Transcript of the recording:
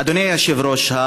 אדוני היושב-ראש,